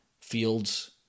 Fields